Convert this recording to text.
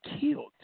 killed